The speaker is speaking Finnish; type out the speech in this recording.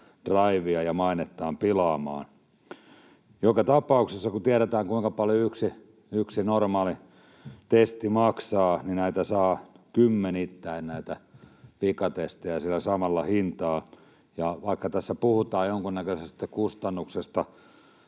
draivia ja mainettaan pilaamaan. Joka tapauksessa kun tiedetään, kuinka paljon yksi normaali testi maksaa, niin näitä pikatestejä saa kymmenittäin sillä samalla hintaa. Vaikka tässä puhutaan jonkunnäköisestä kustannuksesta